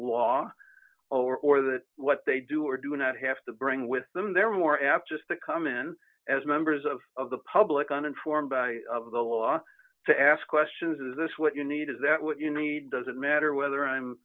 law or that what they do or do not have to bring with them they're more apt just to come in as members of the public uninformed by the law to ask questions is this what you need is that what you need doesn't matter whether i'm